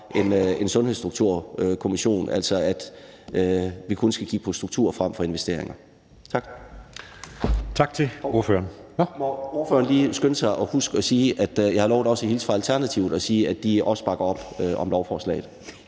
en Sundhedsstrukturkommission, sådan at vi kun skal kigge på struktur og ikke investeringer. Tak.